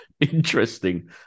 interesting